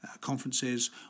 conferences